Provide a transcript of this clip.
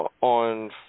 on